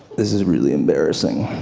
this is really embarrassing.